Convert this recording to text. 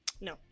no